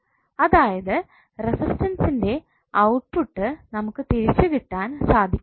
അതായത് റെസിസ്റ്റർൻറെ ഔട്ട്പുട്ട് നമുക്ക് തിരിച്ചു കിട്ടാൻ സാധിക്കുകയില്ല